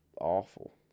awful